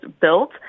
built